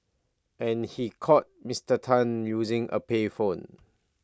and he called Mister Tan using A payphone